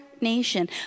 nation